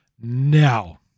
Now